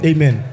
Amen